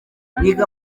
niga